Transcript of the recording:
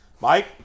Mike